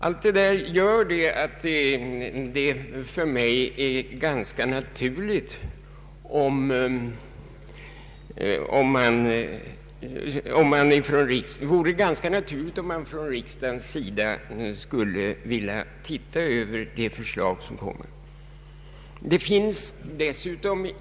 Allt detta gör att det för mig vore ganska naturligt om riksdagen ville se på det nya förslag som så småningom kommer att läggas fram.